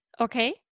Okay